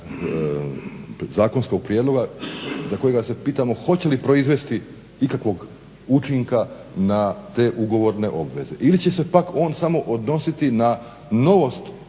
zakonskog prijedloga za kojega se pitamo hoće li proizvesti ikakvog učinka na te ugovorne obveze ili će se pak on samo odnositi na novostvorene